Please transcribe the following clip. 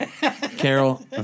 Carol